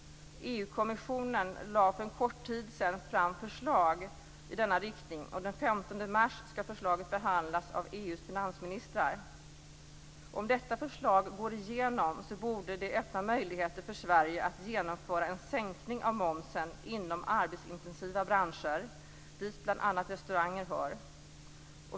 EU-kommissionen lade för en kort tid sedan fram ett förslag i denna riktning och den 15 mars skall förslaget behandlas av EU:s finansministrar. Om detta förslag går igenom borde det öppna möjligheter för Sverige att genomföra en sänkning av momsen inom arbetsintensiva branscher, dit bl.a. restauranger hör.